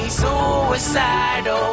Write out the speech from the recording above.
suicidal